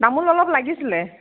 তামোল অলপ লাগিছিলে